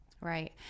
Right